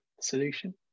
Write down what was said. solution